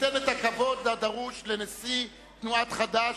אתן את הכבוד הדרוש לנשיא תנועת חד"ש,